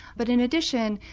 but in addition,